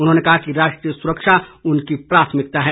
उन्होंने कहा कि राष्ट्रीय सुरक्षा उनकी प्राथमिकता है